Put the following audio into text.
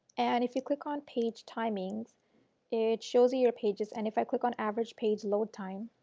and if you click on page timings it shows you your pages and if i click on average page load time